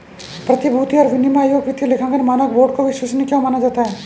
प्रतिभूति और विनिमय आयोग वित्तीय लेखांकन मानक बोर्ड को विश्वसनीय क्यों मानता है?